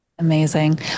Amazing